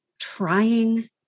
trying